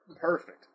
perfect